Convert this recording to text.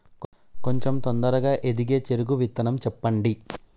కొంచం తొందరగా ఎదిగే చెరుకు విత్తనం చెప్పండి?